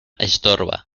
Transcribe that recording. estorba